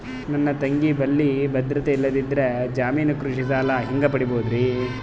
ನನ್ನ ತಂಗಿ ಬಲ್ಲಿ ಭದ್ರತೆ ಇಲ್ಲದಿದ್ದರ, ಜಾಮೀನು ಕೃಷಿ ಸಾಲ ಹೆಂಗ ಪಡಿಬೋದರಿ?